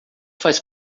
faz